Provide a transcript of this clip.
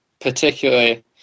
particularly